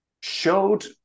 showed